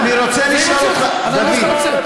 אני רוצה לשאול אותך, דוד, אז אני מוציא אותך.